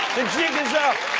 the jig is up.